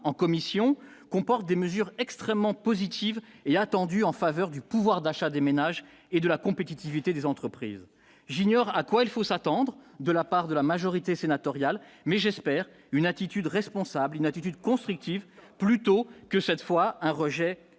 en commission comporte des mesures extrêmement positive est attendu en faveur du pouvoir d'achat des ménages et de la compétitivité des entreprises, j'ignore à quoi il faut s'attendre de la part de la majorité sénatoriale, mais j'espère une attitude responsable, une attitude constructive plutôt que cette fois, un rejet